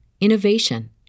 innovation